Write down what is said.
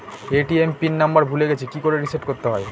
ATM pin number ভুলে গেছি কি করে রিসেট করতে হয়?